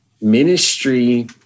ministry